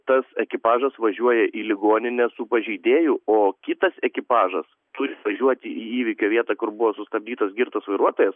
tas ekipažas važiuoja į ligoninę su pažeidėju o kitas ekipažas turi važiuoti į įvykio vietą kur buvo sustabdytas girtas vairuotojas